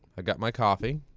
i got my coffee,